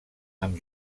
amb